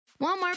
walmart